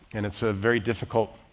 and it's a very difficult